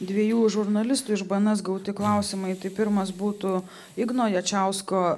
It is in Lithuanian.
dviejų žurnalistų iš bns gauti klausimai tai pirmas būtų igno jačiausko